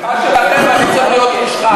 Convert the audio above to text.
בתמיכה שלכם אני צריך להיות מושחת.